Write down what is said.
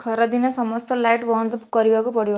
ଖରା ଦିନେ ସମସ୍ତ ଲାଇଟ୍ ବନ୍ଦ କରିବାକୁ ପଡ଼ିବ